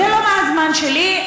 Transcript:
לא על חשבון הזמן שלי.